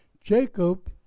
Jacob